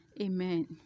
Amen